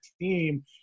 team